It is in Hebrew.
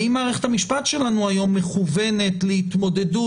האם מערכת המשפט שלנו היום מכוונת להתמודדות,